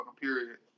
period